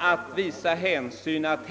Att visa hänsyn och att